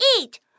eat